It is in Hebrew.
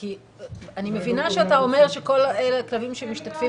אני מבינה שאתה אומר שכל הכלבים שמשתתפים